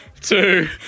two